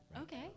Okay